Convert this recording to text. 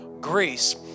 Greece